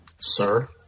Sir